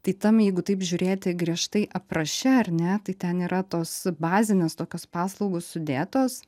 tai tam jeigu taip žiūrėti griežtai apraše ar ne tai ten yra tos bazinės tokios paslaugos sudėtos